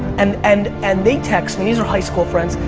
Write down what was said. and and and they text me. these are high school friends.